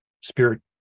spirit